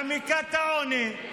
מעמיקה את העוני,